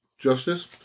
Justice